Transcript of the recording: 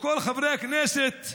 שכל חברי הכנסת,